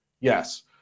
Yes